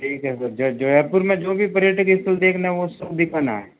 ठीक है फिर जो जयपुर में जो भी पर्यटक स्थल देखने हैं वो सब दिखाना है